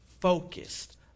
focused